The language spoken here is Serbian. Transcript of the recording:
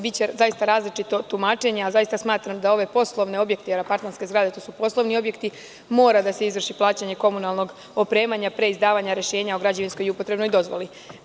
Biće zaista različitog tumačenja, a zaista smatram da ovi poslovni objekti, jer su apartmanske zgrade poslovni objekti, mora da se izvrši plaćanje komunalnog opremanja pre izdavanja rešenja o građevinskoj i upotrebnoj dozvoli.